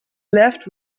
left